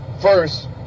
First